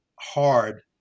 hard